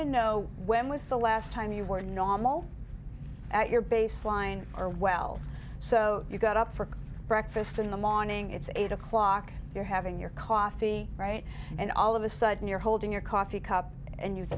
to know when was the last time you were normal at your baseline or well so you got up for breakfast in the morning it's eight o'clock you're having your coffee right and all of a sudden you're holding your coffee cup and